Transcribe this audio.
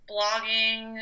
blogging